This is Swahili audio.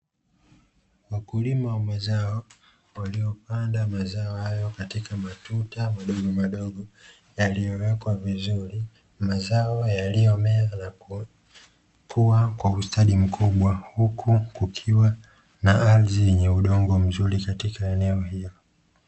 Wakulima wa mazao waliopanda mazao hayo katika matuta madogo madogo yaliyowekwa vizuri. Mazao yaliyo mea na kukua kwa ustadi mkubwa huku kukiwa na ardhi yenye udongo mzuri katika eneo hilo.